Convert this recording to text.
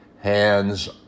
hands